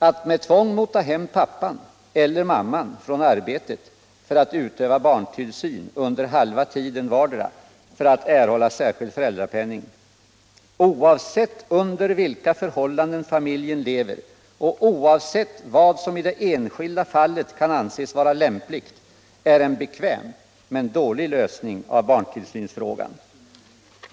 Att med tvång mota hem pappan eller mamman från arbetet för att utöva barntillsyn under halva tiden vardera, om de skall kunna erhålla särskild föräldrapenning, oavsett under vilka förhållanden familjen lever och oavsett vad som i det enskilda fallet kan anses vara lämpligt, är en bekväm men dålig lösning av barntillsynsfrågan.